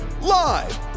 Live